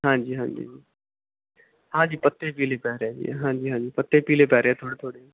ਹਾਂਜੀ ਹਾਂਜੀ ਹਾਂਜੀ ਪੱਤੇ ਪੀਲੇ ਪੈ ਰਹੇ ਜੀ ਹਾਂਜੀ ਹਾਂਜੀ ਪੱਤੇ ਪੀਲੇ ਪੈ ਰਹੇ ਥੋੜ੍ਹੇ ਥੋੜ੍ਹੇ